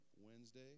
Wednesday